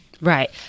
Right